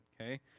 okay